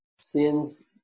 Sins